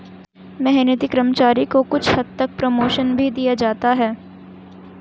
मेहनती कर्मचारी को कुछ हद तक प्रमोशन भी दिया जाता है